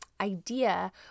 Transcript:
idea